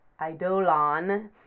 idolon